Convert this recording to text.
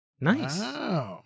Nice